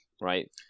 right